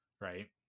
Right